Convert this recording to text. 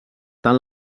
tant